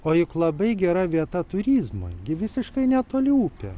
o juk labai gera vieta turizmui gi visiškai netoli upė